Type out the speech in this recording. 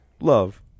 love